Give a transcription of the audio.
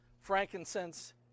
frankincense